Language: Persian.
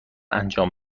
انجام